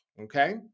Okay